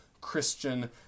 Christian